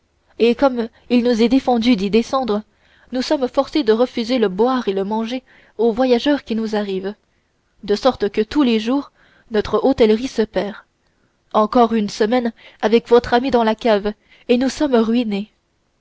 et comme il nous est défendu d'y descendre nous sommes forcés de refuser le boire et le manger aux voyageurs qui nous arrivent de sorte que tous les jours notre hôtellerie se perd encore une semaine avec votre ami dans ma cave et nous sommes ruinés